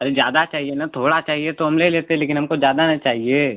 अरे ज़्यादा चाहिए ना थोड़ा चाहिए तो हम ले लेते लेकिन हमको ज़्यादा ना चाहिए